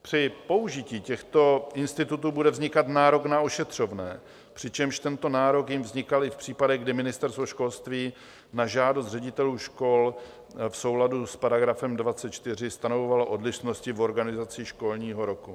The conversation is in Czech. Při použití těchto institutů bude vznikat nárok na ošetřovné, přičemž tento nárok jim vznikal i v případech, kdy Ministerstvo školství na žádost ředitelů škol v souladu s § 24 stanovoval odlišnosti v organizaci školního roku.